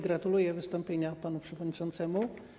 Gratuluję wystąpienia panu przewodniczącemu.